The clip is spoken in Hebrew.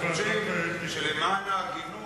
אז אני חושב שלמען ההגינות,